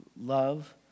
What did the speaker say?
love